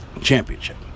Championship